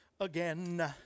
again